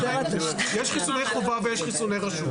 יש חיסוני חובה ויש חיסוני רשות.